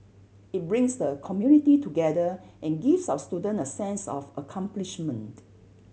it brings the community together and gives our students a sense of accomplishment